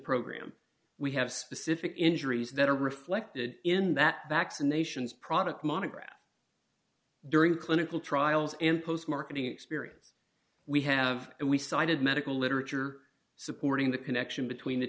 program we have specific injuries that are reflected in that vaccinations product monographs during clinical trials and post marketing experience we have and we cited medical literature supporting the connection between the